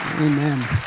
Amen